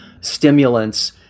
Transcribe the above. stimulants